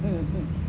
mm mm